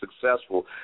successful